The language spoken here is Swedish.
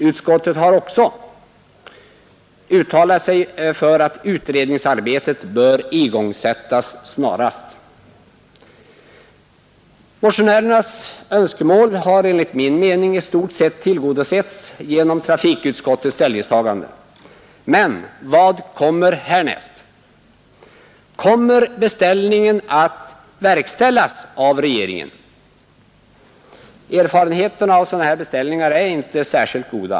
Utskottet har också uttalat sig för att utredningsarbetet bör igångsättas snarast. Motionärernas önskemål har enligt min mening i stort sett tillgodosetts genom trafikutskottets ställningstagande. Men vad kommer härnäst? Kommer beställningen att verkställas av regeringen? Erfarenheterna av sådana här beställningar är inte särskilt goda.